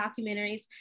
documentaries